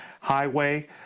Highway